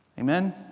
Amen